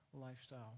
lifestyle